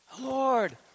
Lord